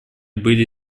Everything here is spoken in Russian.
были